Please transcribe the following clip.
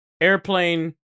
Airplane